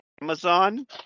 Amazon